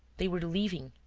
they were leaving.